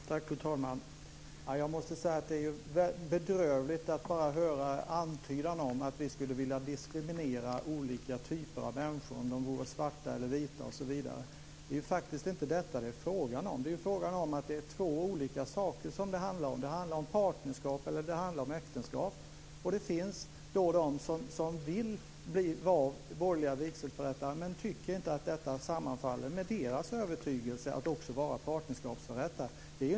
Fru talman! Jag måste säga att det är bedrövligt bara att höra antydan om att vi skulle vilja diskriminera olika typer av människor - vita, svarta osv. Det är faktiskt inte detta det är frågan om. Det handlar om två olika saker. Det handlar om partnerskap, och det handlar om äktenskap. Det finns de som vill vara förrättare av borgerliga vigslar, men som inte tycker att det sammanfaller med deras övertygelse att också vara registreringsförrättare.